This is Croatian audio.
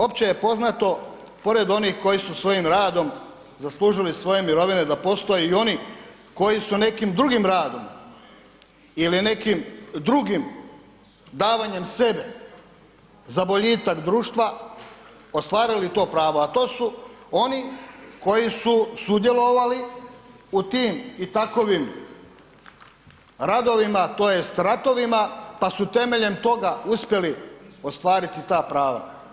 Opće je poznato pored onih koji su svojim radom zaslužili svoje mirovine da postoje i oni koji su nekim drugim radom ili nekim drugim davanjem sebe za boljitak društva ostvarili to pravo, a to oni koji su sudjelovali u tim i takovim radovima tj. ratovima pa su temeljem toga uspjeli ostvariti ta prava.